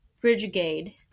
brigade